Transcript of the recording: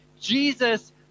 Jesus